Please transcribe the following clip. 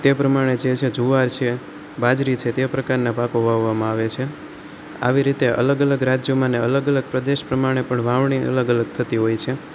તે પ્રમાણે જે છે જુવાર છે બાજરી છે તે પ્રકારના પાકો વાવવામાં આવે છે આવી રીતે અલગ અલગ રાજ્યોમાં ને અલગ અલગ પ્રદેશ પ્રમાણે પણ વાવણી અલગ અલગ થતી હોય છે